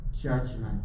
Judgment